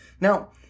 Now